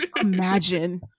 imagine